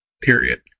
period